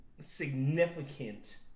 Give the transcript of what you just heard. significant